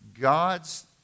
God's